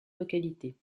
localités